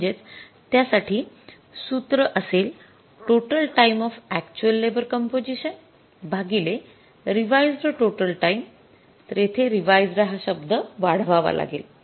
म्हणजेच त्या साठी सूत्र असेल total time of actual labour composition भागिले रिवाइज्ड टोटल टाइम तर येथे रिवाइज्ड हा शब्द वाढवावा लागेल